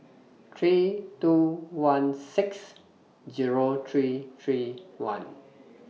three two one six Zero three three one